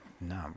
No